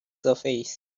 surface